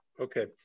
Okay